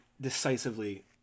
decisively